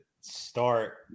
start